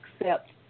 accept